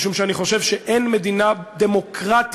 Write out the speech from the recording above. משום שאני חושב שאין מדינה דמוקרטית